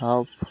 half